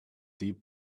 deep